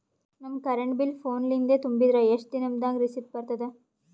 ನಮ್ current bill ಫೋನ ಲಿಂದೇ ತುಂಬಿದ್ರ, ಎಷ್ಟ ದಿ ನಮ್ ದಾಗ ರಿಸಿಟ ಬರತದ?